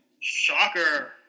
Shocker